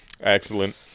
Excellent